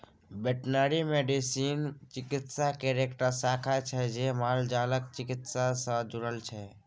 veterinary medicine चिकित्सा केर एकटा शाखा छै जे मालजालक चिकित्सा सँ जुरल छै